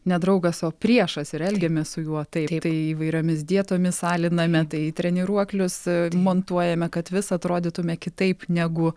ne draugas o priešas ir elgiamės su juo taip tai įvairiomis dietomis aliname tai į treniruoklius montuojame kad vis atrodytume kitaip negu